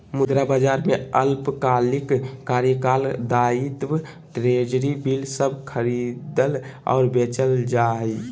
मुद्रा बाजार में अल्पकालिक कार्यकाल दायित्व ट्रेज़री बिल सब खरीदल और बेचल जा हइ